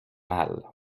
mal